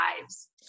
lives